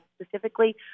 specifically